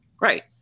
Right